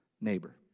neighbor